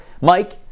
Mike